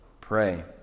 pray